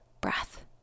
breath